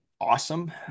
awesome